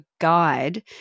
guide